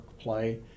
play